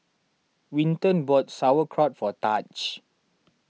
Winton bought Sauerkraut for Tahj